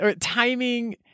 timing